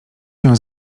się